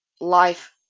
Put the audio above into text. life